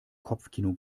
kopfkino